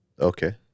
Okay